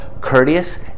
courteous